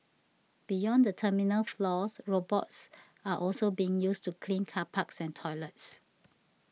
beyond the terminal floors robots are also being used to clean car parks and toilets